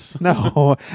No